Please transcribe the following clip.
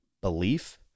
Belief